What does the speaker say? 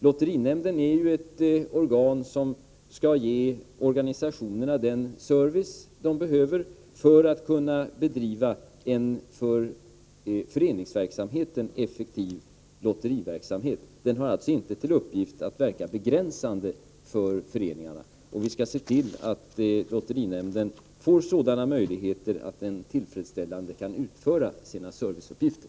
Lotterinämnden skall ge organisationerna den service de behöver för att kunna bedriva en för föreningarna effektiv lotteriverksamhet. Nämnden har alltså inte till uppgift att verka begränsande för föreningarna. Vi skall se till att lotterinämnden får möjligheter att tillfredsställande utföra sina serviceuppgifter.